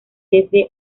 desde